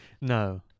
No